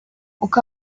uko